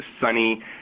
sunny